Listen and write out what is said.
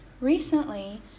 recently